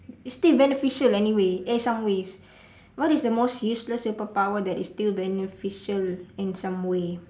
it's still beneficial anyway eh some ways what is the most useless superpower that is still beneficial in some way